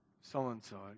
so-and-so